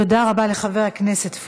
תודה רבה לחבר הכנסת פורר.